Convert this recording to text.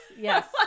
yes